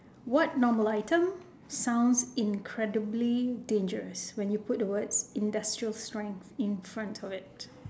what normal item sounds incredibly dangerous when you put words industrial strength in front of it